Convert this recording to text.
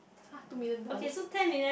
!huh! two million dollars